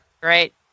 Great